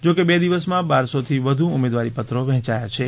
જોકે બે દિવસમાં બારસોથી વધુ ઉમેદવારી પત્રો વહેંચાયા છે